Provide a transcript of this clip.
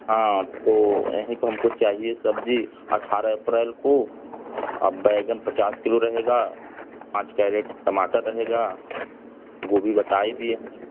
हाँ तो यहीं पर हमको चाहिए सब्जी अठारह अप्रैल को बैंगन पचास किलो रहेगा पाँच कैरेट टमाटर रहेगा गोभी बता ही दिए हैं